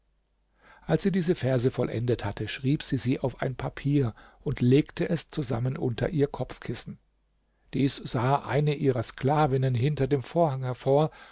als sie diese verse vollendet hatte schrieb sie sie auf ein papier und legte es zusammen unter ihr kopfkissen dies sah eine ihrer sklavinnen hinter dem vorhang hervor